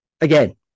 again